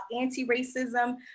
anti-racism